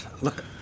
Look